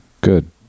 good